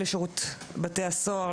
לשירות בתי הסוהר,